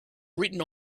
written